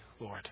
Lord